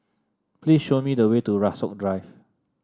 please show me the way to Rasok Drive